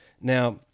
Now